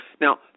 Now